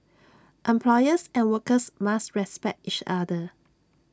employers and workers must respect each other